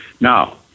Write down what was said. Now